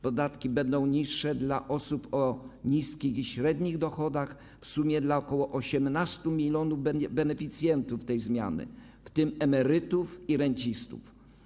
Podatki będą niższe dla osób o niskich i średnich dochodach, w sumie dla ok. 18 mln beneficjentów tej zmiany, w tym emerytów i rencistów.